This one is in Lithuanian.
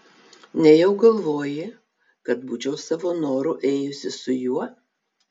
nejau galvoji kad būčiau savo noru ėjusi su juo